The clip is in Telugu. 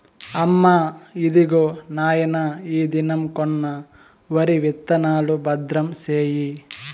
అమ్మా, ఇదిగో నాయన ఈ దినం కొన్న వరి విత్తనాలు, భద్రం సేయి